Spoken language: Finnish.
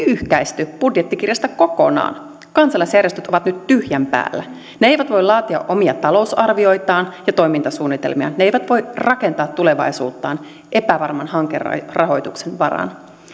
pyyhkäisty budjettikirjasta kokonaan kansalaisjärjestöt ovat nyt tyhjän päällä ne eivät voi laatia omia talousarvioitaan ja toimintasuunnitelmiaan ne eivät voi rakentaa tulevaisuuttaan epävarman hankerahoituksen varaan